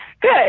Good